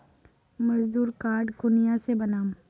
मजदूर कार्ड कुनियाँ से बनाम?